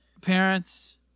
Parents